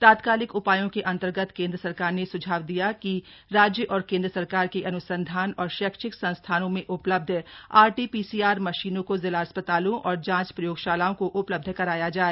तात्कालिक उपायों के अंतर्गत केन्द्र सरकार ने सुझाव दिया है कि राज्य और केन्द्र सरकार के अन्संधान और शैक्षिक संस्थानों में उपलब्ध आर टी पीसीआर मशीनों को जिला अस्पतालों और जांच प्रयोगशालाओं को उपलब्ध कराया जाए